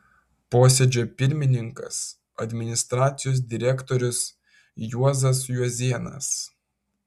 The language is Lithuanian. posėdžio pirmininkas administracijos direktorius juozas juozėnas